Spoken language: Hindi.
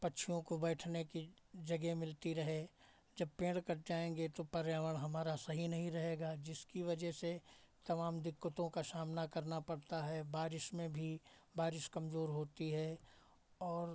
पक्षियों को बैठने की जगह मिलती रहे जब पेड़ कट जाएँगे तो पर्यावरण हमारा सही नहीं रहेगा जिसकी वजह से तमाम दिक्कतों का सामना करना पड़ता है बारिश में भी बारिश कमज़ोर होती है और